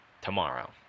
tomorrow